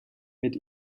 mit